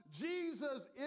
Jesus